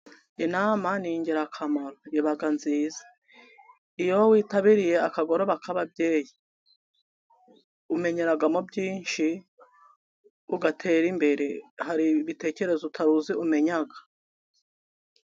Inama ni ingirakamaro. Iba nziza. Iyo witabiriye akagoroba k'ababyeyi umenyeramo byinshi, ugatera imbere. Hari ibitekerezo utari uzi umenya.